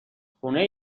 خونه